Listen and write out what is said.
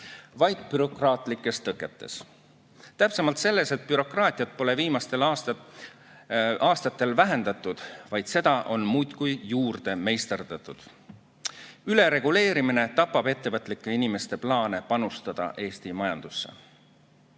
vaid bürokraatlikud tõkked. Täpsemalt see, et bürokraatiat pole viimastel aastatel vähendatud, vaid seda on muudkui juurde meisterdatud. Ülereguleerimine tapab ettevõtlike inimeste plaane panustada Eesti majandusse.